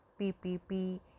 PPP